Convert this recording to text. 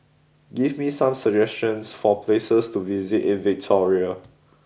give me some suggestions for places to visit in Victoria